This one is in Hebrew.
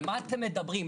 על מה אתם מדברים?